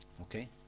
okay